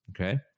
Okay